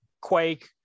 quake